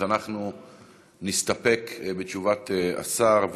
אז אנחנו נסתפק בתשובת השר.